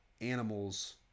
animals